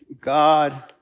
God